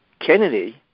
Kennedy